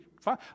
fine